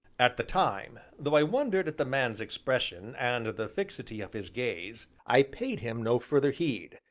at the time, though i wondered at the man's expression, and the fixity of his gaze, i paid him no further heed,